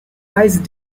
ice